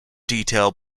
detail